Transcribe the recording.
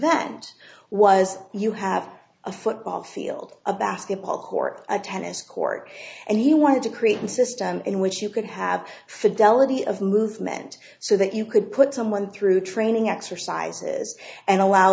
invent was you have a football field a basketball court a tennis court and he wanted to create a system in which you could have fidelity of movement so that you could put someone through training exercises and allow